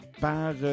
par